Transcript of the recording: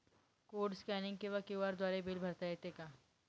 Code scanning किंवा QR द्वारे bill भरता येते का?